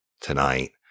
tonight